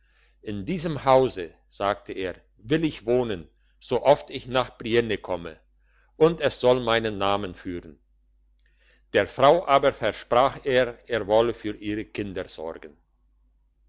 in diesem hause sagte er will ich wohnen so oft ich nach brienne komme und es soll meinen namen führen der frau aber versprach er er wolle für ihre kinder sorgen